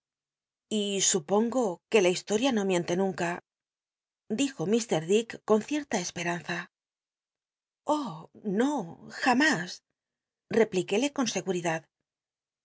y supongo que la historia no miente nun ca dij o llr dick con cierta esperanza cpliquéle con seguridad